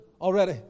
already